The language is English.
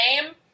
name